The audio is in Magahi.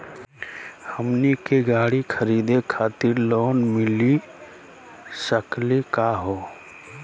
हमनी के गाड़ी खरीदै खातिर लोन मिली सकली का हो?